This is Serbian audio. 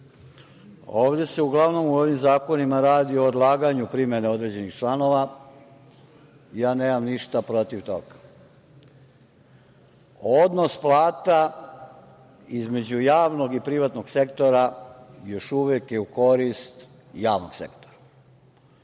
Ovde se uglavnom u ovim zakonima radi o odlaganju primene određenih članova. Ja nemam ništa protiv toga. Odnos plata između javnog i privatnog sektora još uvek je u korist javnog sektora.